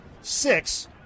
six